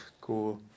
cool